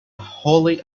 wholly